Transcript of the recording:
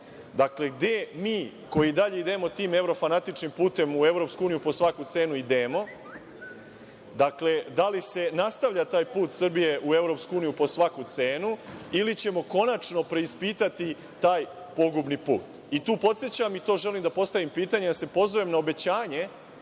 priči. Dakle, gde mi, koji dalje idemo tim evrofanatičnim putem u EU po svaku cenu idemo? Dakle, da li se nastavlja taj put Srbije u EU po svaku cenu, ili ćemo konačno preispitati taj pogubni put? Tu podsećam i to želim da postavim pitanje da se pozovem na obećanje